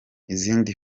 izindi